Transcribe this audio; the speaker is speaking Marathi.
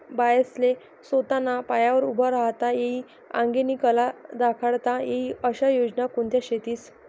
बायास्ले सोताना पायावर उभं राहता ई आंगेनी कला दखाडता ई आशा योजना कोणत्या शेतीस?